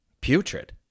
putrid